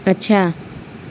اچھا